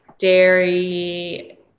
Dairy